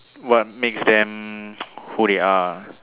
what makes them who they are